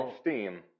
Steam